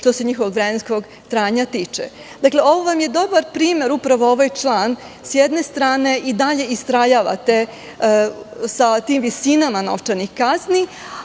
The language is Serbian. što se njihovog vremenskog trajanja tiče. Ovo vam je dobar primer, upravo ovaj član. S jedne strane i dalje istrajavate sa tim visina novčanih kazni,